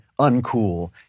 uncool